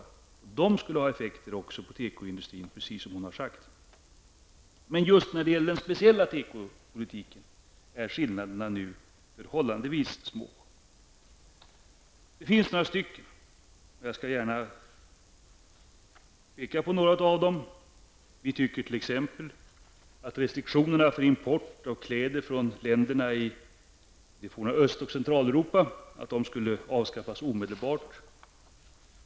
En annan allmän ekonomisk politik skulle ha effekter även på tekosidan, precis som Karin Falkmer har sagt. Men när det gäller den speciella tekopolitiken är skillnaderna nu som sagt förhållandevis små. Det finns emellertid några skillnader, och jag skall peka på några av dem. Vi tycker t.ex. att restriktionerna för import av kläder från länderna i Öst och Centraleuropa borde avskaffas omedelbart.